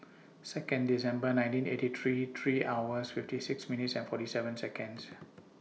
Second December nineteen eighty three three hours fifty six minutes and forty seven Seconds